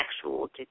actual